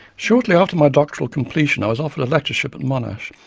shortly after my doctoral completion, i was offered a lectureship at monash,